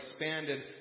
expanded